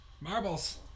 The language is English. Marbles